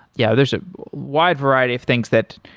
yeah, there's a wide variety of things that,